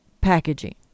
packaging